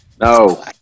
No